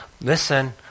listen